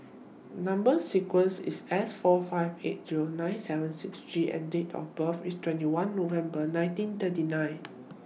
Number sequence IS S four five eight Zero seven nine six G and Date of birth IS twenty one November nineteen thirty nine